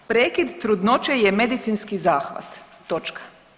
Prekid trudnoće je medicinski zahvat, točka.